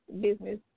business